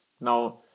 Now